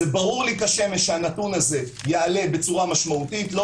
ברור לי כשמש שהנתון הזה יעלה בצורה משמעותית לא